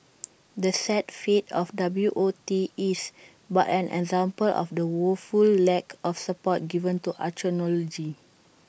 the sad fate of W O T is but an example of the woeful lack of support given to archaeology